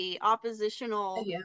oppositional